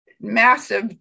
massive